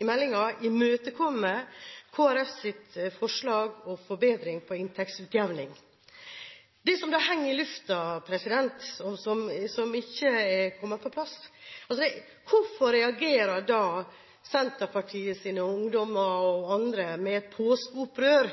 imøtekommer Kristelig Folkepartis forslag om forbedring på inntektsutjevning. Det som da henger i luften, og som ikke er kommet på plass, er: Hvorfor reagerer da Senterpartiets ungdommer og andre med påskeopprør